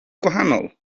gwahanol